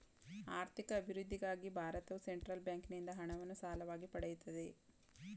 ಆರ್ಥಿಕ ಅಭಿವೃದ್ಧಿಗಾಗಿ ಭಾರತವು ಸೆಂಟ್ರಲ್ ಬ್ಯಾಂಕಿಂದ ಹಣವನ್ನು ಸಾಲವಾಗಿ ಪಡೆಯುತ್ತದೆ